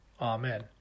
Amen